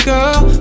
Girl